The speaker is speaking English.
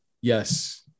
yes